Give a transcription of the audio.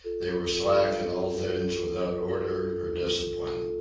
they were slack in all things, without order or discipline.